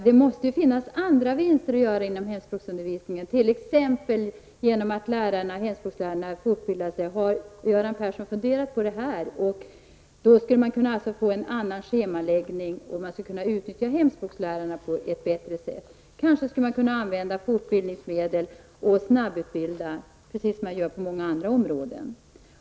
Det måste ju finnas andra vinster att göra inom hemspråksundervisningen, t.ex. genom att hemspråkslärarna fortbildar sig. Har Göran Persson funderat på det? Då skulle man kunna få en annan schemaläggning. Man skulle kunna utnyttja hemspråkslärarna på ett bättre sätt. Man kanske skulle kunna använda fortbildningsmedel och snabbutbilda, precis som man gör på många andra områden.